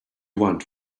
want